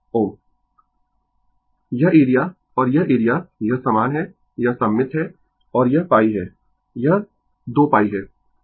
Ω Refer Slide Time 0334 यह area और यह एरिया यह समान है यह सममित है और यह π है यह 2π है